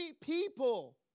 people